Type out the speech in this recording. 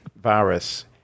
virus